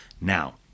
Now